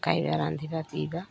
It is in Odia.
ଖାଇବା ରାନ୍ଧିବା ପିଇବା